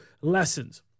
lessons